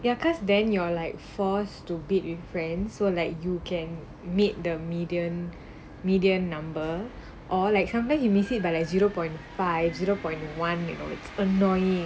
ya because then you're like forced to bid with friends so like you can meet the median media number or like sometimes you miss it by like zero point five zero point one you know it's annoying